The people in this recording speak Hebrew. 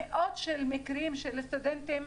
מאות של מקרים של סטודנטים,